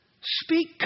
Speak